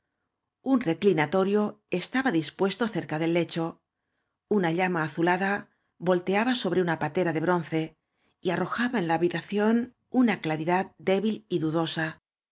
un recllnalorio estaba dispuesto cerca del lecho una llama azulada volteaba sobre una patera do bronce y arrojaba en la habitación una claridad débil y dudosa